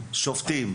שופטים,